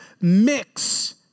mix